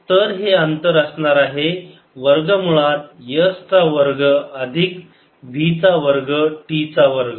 तर हे अंतर असणार आहे वर्ग मुळात s चा वर्ग अधिक v चा वर्ग t चा वर्ग